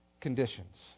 conditions